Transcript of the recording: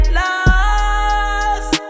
lost